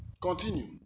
Continue